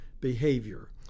behavior